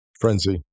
frenzy